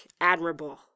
admirable